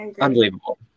unbelievable